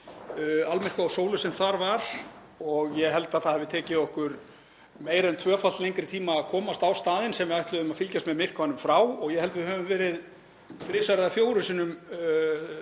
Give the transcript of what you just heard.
almyrkva á sólu sem þar var og ég held að það hafi tekið okkur meira en tvöfalt lengri tíma að komast á staðinn sem við ætluðum að fylgjast með myrkvanum frá og ég held að við höfum verið þrisvar eða fjórum sinnum